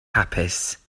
hapus